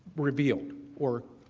review or,